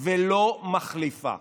ולא מחליפה?